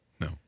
No